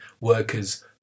workers